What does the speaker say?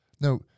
No